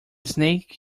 snake